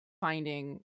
finding